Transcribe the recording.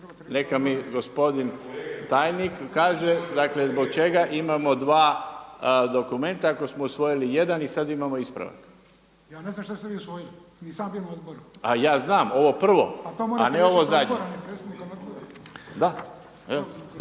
Neka mi gospodin tajnik kaže zbog čega imamo dva dokumenta ako smo usvojili jedan i sada imamo ispravak? … /Upadica se ne razumije./ … A ja znam, ovo prvo, a ne ovo zadnje. Mi